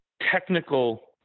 technical